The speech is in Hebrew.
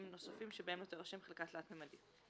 נוספים שבהם לא תירשם חלקה תלת־ממדית.